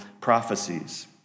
prophecies